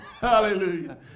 Hallelujah